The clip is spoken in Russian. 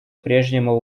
прежнему